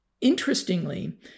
Interestingly